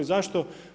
Zašto?